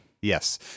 Yes